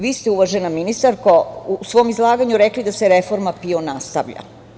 Vi ste, uvažena ministarko, u svom izlaganju rekli da se reforma PIO nastavlja.